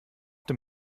dem